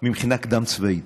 ממכינה קדם-צבאית.